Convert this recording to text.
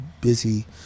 busy